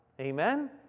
Amen